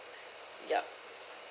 yup